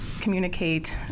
communicate